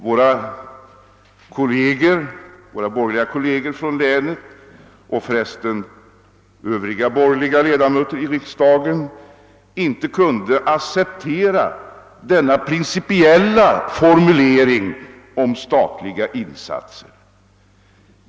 Våra borgerliga kolleger från länet och övriga borgerliga ledamöter i riksdagen kunde inte acceptera denna principiella formulering om statliga insatser.